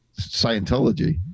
scientology